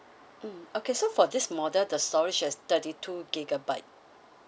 mm okay so for this model the storage is thirty two gigabyte